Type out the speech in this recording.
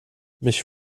mich